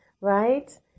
right